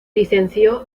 licenció